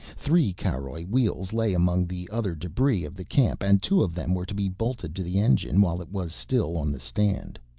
three caroj wheels lay among the other debris of the camp and two of them were to be bolted to the engine while it was still on the stand.